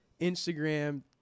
Instagram